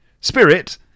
Spirit